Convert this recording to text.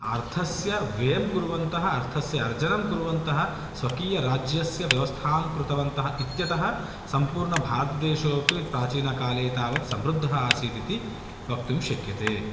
अर्थस्य व्ययं कुर्वन्तः अर्थस्य अर्जनं कुर्वन्तः स्वकीयराज्यस्य व्यवस्थां कृतवन्तः इत्यतः सम्पूर्णभारतदेशोऽपि प्राचीनकाले तावत् समृद्धः आसीत् इति वक्तुं शक्यते